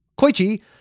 Koichi